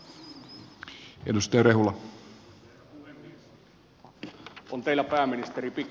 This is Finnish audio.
on teillä pääministeri pikkunen savotta